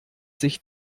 sich